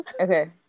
Okay